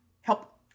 help